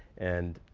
and